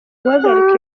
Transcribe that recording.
guhagarika